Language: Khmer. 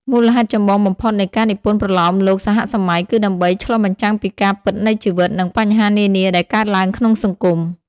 មូលហេតុចម្បងបំផុតនៃការនិពន្ធប្រលោមលោកសហសម័យ គឺដើម្បី ឆ្លុះបញ្ចាំងពីការពិតនៃជីវិត និងបញ្ហានានាដែលកើតឡើងក្នុងសង្គម។